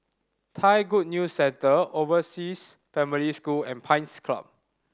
Thai Good News Centre Overseas Family School and Pines Club